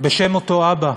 בשם אותו אבא: